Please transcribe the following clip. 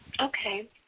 Okay